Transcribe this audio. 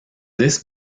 this